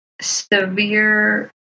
severe